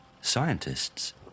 Scientists